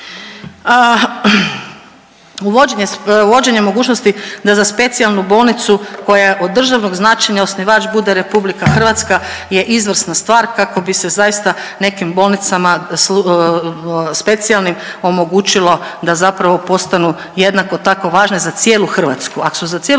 Uvođenje mogućnosti da za specijalnu bolnicu koja je od državnog značenja osnivač bude RH je izvrsna stvar kako bi se zaista nekim bolnicama specijalnim omogućilo da zapravo postanu jednako tako važne za cijelu Hrvatsku.